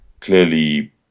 clearly